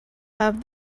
have